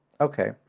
Okay